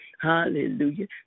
Hallelujah